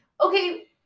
okay